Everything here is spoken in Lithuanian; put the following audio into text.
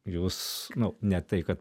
jūs nu ne tai kad